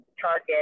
Target